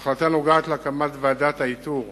ההחלטה נוגעת להקמת ועדת האיתור